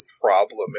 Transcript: problem